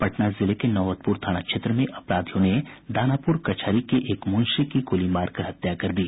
पटना जिले के नौबतपुर थाना क्षेत्र में अपराधियों ने दानापुर कचहरी के एक मुंशी की गोली मारकर हत्या कर दी